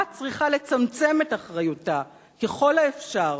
צריכה לצמצם את אחריותה ככל האפשר,